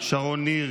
שרון ניר,